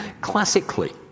Classically